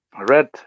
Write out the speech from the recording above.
red